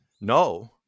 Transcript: No